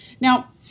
Now